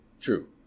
true